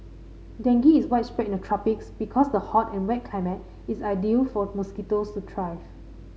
dengue is widespread in the tropics because the hot and wet climate is ideal for mosquitoes to thrive